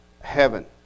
heaven